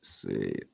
see